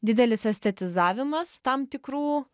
didelis estetizavimas tam tikrų